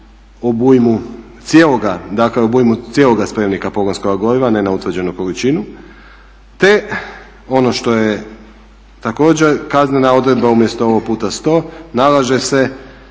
koje odgovaraju obujmu cijeloga spremnika pogonskoga goriva, ne na utvrđenu količinu te ono što je također kaznena odredba umjesto ovog puta 100 nalaže se